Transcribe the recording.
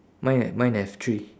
mine ha~ mine have three